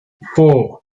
four